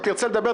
אתה תרצה לדבר?